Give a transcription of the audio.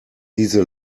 diese